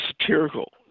satirical